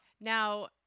Now